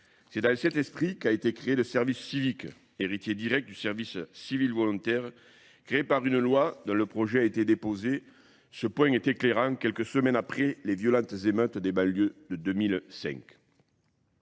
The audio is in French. C'est dans cet esprit qu'a été créé le service civique héritier direct du service civil volontaire créé par une loi dont le projet a été déposé. Ce point est éclairant quelques semaines après les violentes émeutes des balieux de 2005.